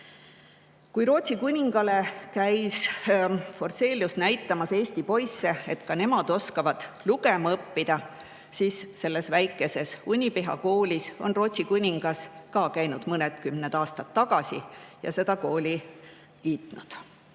Kui Rootsi kuningale käis Forselius näitamas eesti poisse, et ka nemad oskavad lugema õppida, siis selles väikeses Unipiha koolis on Rootsi kuningas käinud mõnedkümned aastad tagasi, ja seda kooli kiitnud.